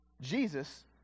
Jesus